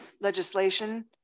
legislation